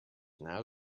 now